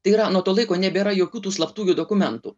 tai yra nuo to laiko nebėra jokių tų slaptųjų dokumentų